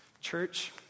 church